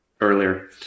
earlier